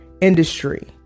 industry